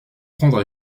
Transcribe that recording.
prendre